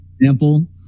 example